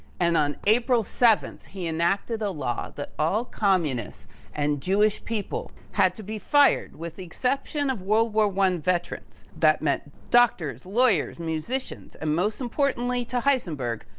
and on april seventh, he enacted a law that all communists and jewish people had to be fired with the exception of world war i veterans that meant doctors, lawyers, musicians, and most importantly to heisenberg,